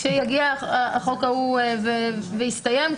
כשיגיע החוק ההוא ויסתיים,